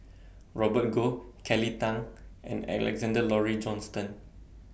Robert Goh Kelly Tang and Alexander Laurie Johnston